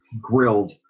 grilled